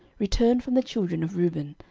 returned from the children of reuben,